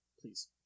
please